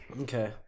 Okay